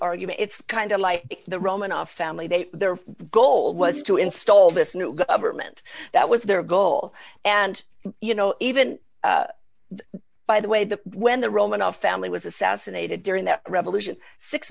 argument it's kind of like the romanov family they their goal was to install this new government that was their goal and you know even by the way the when the romanov family was assassinated during that revolution six